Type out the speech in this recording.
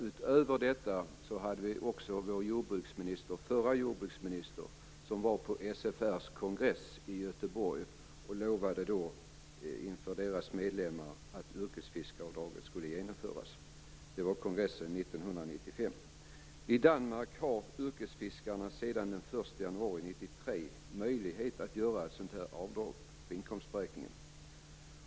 Utöver detta var också vår förra jordbruksminister på SFR:s kongress i Göteborg 1995 och lovade inför SFR:s medlemmar att yrkesfiskeavdraget skulle genomföras. 1993 möjlighet att göra ett sådant avdrag vid inkomstberäkningen.